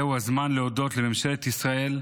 זהו הזמן להודות לממשלת ישראל,